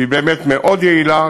שהיא באמת מאוד יעילה.